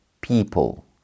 people